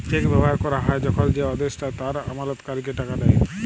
check ব্যবহার ক্যরা হ্যয় যখল যে আদেষ্টা তার আমালতকারীকে টাকা দেয়